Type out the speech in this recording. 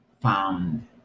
found